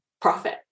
profit